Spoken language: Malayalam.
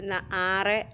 നാ ആറ്